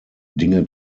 dinge